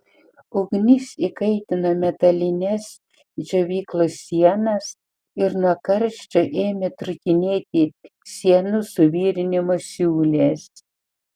ugnis įkaitino metalines džiovyklos sienas ir nuo karščio ėmė trūkinėti sienų suvirinimo siūlės